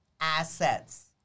assets